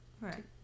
Right